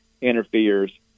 interferes